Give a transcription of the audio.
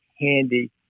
handy